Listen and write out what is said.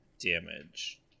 damage